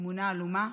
אמונה-אלומה,